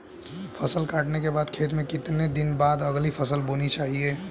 फसल काटने के बाद खेत में कितने दिन बाद अगली फसल बोनी चाहिये?